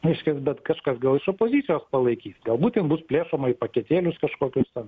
reiškias bet kažkas gal iš opozicijos palaikys galbūt ten bus plėšoma į paketėlius kažkokius ten